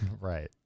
Right